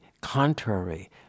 contrary